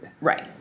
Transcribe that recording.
Right